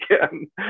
again